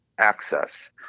access